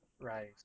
Right